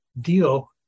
deal